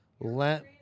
Let